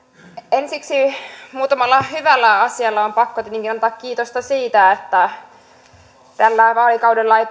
ensiksi muutamalla hyvällä asialla on pakko tietenkin antaa kiitosta siitä että tällä vaalikaudella ei